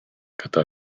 gyda